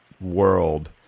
world